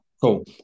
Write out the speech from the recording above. Cool